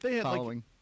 following